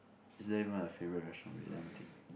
is there even a favourite restaurant wait let me think